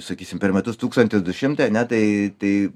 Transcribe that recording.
sakysim per metus tūkstantis du šimtai ane tai tai